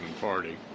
Party